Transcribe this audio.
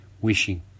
wishing